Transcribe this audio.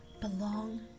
belong